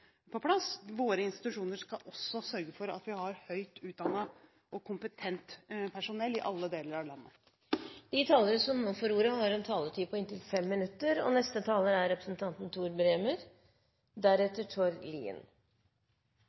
på plass. Våre institusjoner skal også sørge for at vi har høyt utdannet og kompetent personell i alle deler av landet. Me er i dag inviterte av representanten Henning Warloe til å diskutera kvalitet og ambisjonar for høgare utdanning. Det er